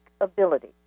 ability